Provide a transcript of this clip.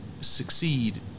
succeed